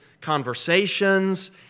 conversations